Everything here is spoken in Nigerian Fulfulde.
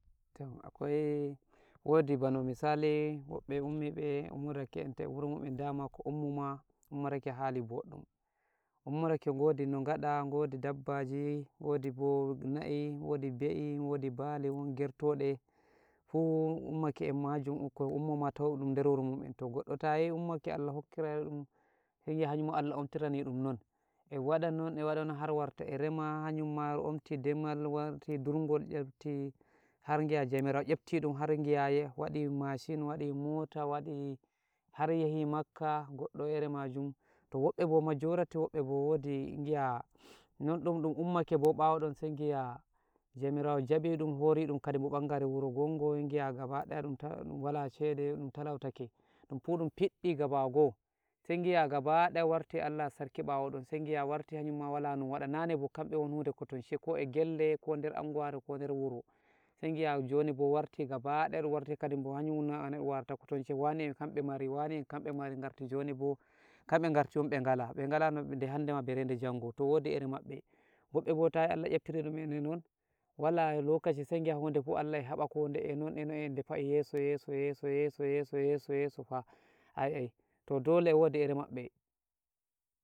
tam akoi, wodi bano misali, woɓɓe ummi be, ummoɗake enta e wuro mu'een dama ko ummoma, ummorake hali boɗɗum, ummorake ngodi ngaɗa, ngodi dabbaji, ngodi na'i, wodi be'i, wodi bali, wodi gertoɗe, fuh ummake e majum, ko ummoma tauɗum der wuro mu'een, toh goɗɗo tayi ummake, Allah hokkarai ɗum, sai ngi'a hanyunma Allah omtirani ɗum non, e waɗa non, e waɗa non, har warta e rema, hanyunma omti demal, warti durngol, nyepti, har ngi'a jomirawo nyepti ɗum, har ngi'a waɗi mashin, waɗi mota, waɗi har yahi makka, goɗɗo ere majum, toh woɓɓe bo majorati woɓɓe bo, woɗi ngi'a nonɗum, ɗum ummake, ɓawo ɗon sai ngi'a jomirawo jaɓi ɗum, hori ɗum kadibo bangare wuro wongo, ngi'a gaba daya ta, ɗum wala shede, ɗum talautake, ɗumfuh ɗum piɗɗi gabago, sai ngi'a gava daya, warti Allah sarki ɓawo ɗon, sai ngi'a warti hanyunma wala no waɗa, nane bo kanɓe ngon hude kotanshe, ko e gelle, ko der anguware, ko der wuro, sai ngi'a joni bo warti gaba ɗaya, ɗun warti kadibo hanyumno ɗum wara kotanshe, wane en kamɓe mari, wane en kambe mari, ngarti joni bo, kamɓe ngarti ngala, be ngala noɗe handema bere de jango, toh wodi ere maɓɓe, woɓɓe bo tayi Allah nyebtiri ɗum en nonnon, wala lokashi, sai ngi'a hude fuh, Allah e habakode enon-enon ede fa'i yeso-yeso, yeso-yeso, yeso-yeso, yeso-yeso fah, ayi'ai, toh dole wodi ere maɓɓe.